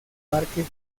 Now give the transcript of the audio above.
parque